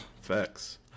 facts